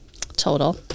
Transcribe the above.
total